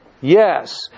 Yes